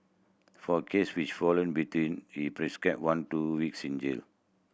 for case which fall in between he prescribed one to weeks in jail